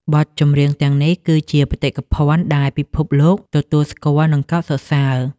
បទចម្រៀងទាំងនេះគឺជាបេតិកភណ្ឌដែលពិភពលោកទទួលស្គាល់ និងកោតសរសើរ។